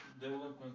development